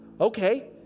Okay